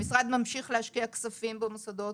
המשרד ממשיך להשקיע כספים במוסדות,